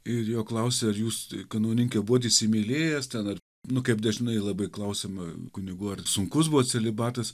ir jo klausė ar jūs kanauninke buvot įsimylėjęs ten ar nu kaip dažnai labai klausiama kunigų ar sunkus buvo celibatas